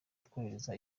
twohereza